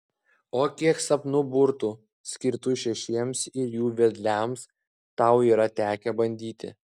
o kiek sapnų burtų skirtų šešiems ir jų vedliams tau yra tekę bandyti